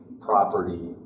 property